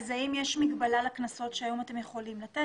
אז האם יש מגבלה לקנסות שהיום אתם יכולים לתת?